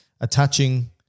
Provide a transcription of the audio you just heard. attaching